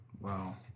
Wow